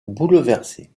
bouleversée